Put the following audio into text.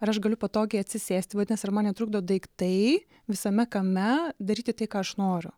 ar aš galiu patogiai atsisėsti vadinasi ar man netrukdo daiktai visame kame daryti tai ką aš noriu